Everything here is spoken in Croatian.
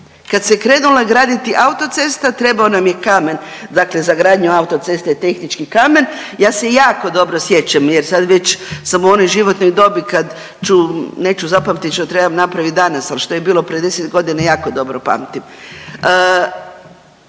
kad se krenula graditi autocesta trebao nam je kamen. Dakle, za gradnju autoceste je tehnički kamen, ja se jako dobro sjećam jer sad već sam u onoj životnoj dobi kad ću neću zapamtit što trebam napravit danas, ali što je bilo pred deset godina jako dobro pamtim.